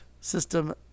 system